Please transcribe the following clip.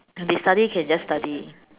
can be study can just study